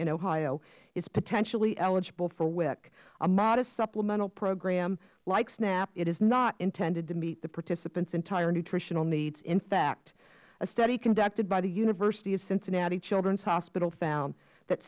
in ohio is potentially eligible for wic a modest supplemental program like snap it is not intended to meet the participants entire nutritional needs in fact a study conducted by the university of cincinnati childrens hospital found that